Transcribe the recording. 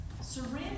Surrender